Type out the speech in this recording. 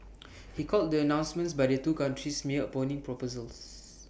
he called the announcements by the two countries mere opening proposals